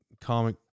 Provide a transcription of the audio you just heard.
comic